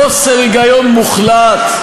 חוסר היגיון מוחלט.